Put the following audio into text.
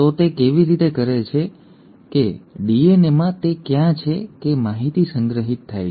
તો તે કેવી રીતે છે કે ડીએનએમાં તે ક્યાં છે કે માહિતી સંગ્રહિત થાય છે